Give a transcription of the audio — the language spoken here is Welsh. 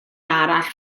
arall